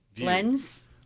Lens